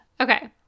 Okay